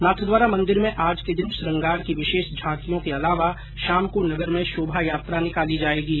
नाथद्वारा मंदिर में आज के दिन श्रृंगार की विशेष झांकियों के अलावा शाम को नगर में शोभायात्रा निकाली जाएंगी